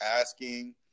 asking